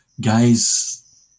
guys